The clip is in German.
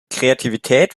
kreativität